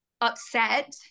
upset